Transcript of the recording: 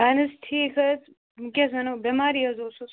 اہن حظ ٹھیٖک حظ کیٛاہ حظ وَنو بٮ۪مارٕے حظ اوسُس